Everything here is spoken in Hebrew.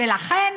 לכן,